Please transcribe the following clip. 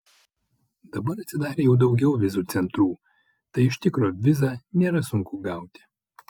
dabar atsidarė jau daugiau vizų centrų tai iš tikro vizą nėra sunku gauti